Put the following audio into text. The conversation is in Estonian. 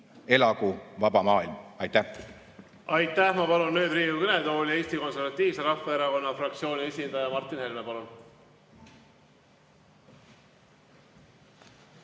Elagu vaba maailm! Aitäh! Aitäh! Ma palun nüüd Riigikogu kõnetooli Eesti Konservatiivse Rahvaerakonna fraktsiooni esindaja Martin Helme.